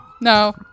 No